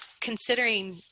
considering